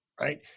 Right